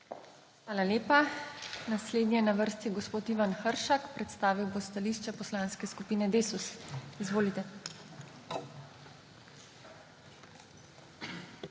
Hvala lepa. Naslednji je na vrsti gospod Ivan Hršak. Predstavil bo stališče Poslanske skupine Desus. Izvolite.